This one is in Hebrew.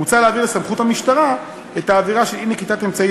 מוצע להעביר לסמכות המשטרה את העבירה של אי-נקיטת אמצעי